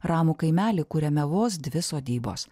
ramų kaimelį kuriame vos dvi sodybos